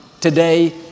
Today